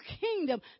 kingdom